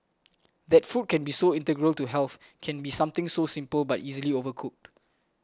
that food can be so integral to health can be something so simple but easily overlooked